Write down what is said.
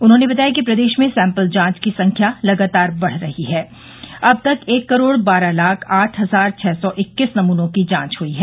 उन्होंने बताया कि प्रदेश में सैम्पल जांच की संख्या लगातार बढ़ रही है और अब तक एक करोड़ बारह लाख आठ हजार छः सौ इक्कीस नमूनों की जांच हुई है